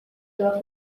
pela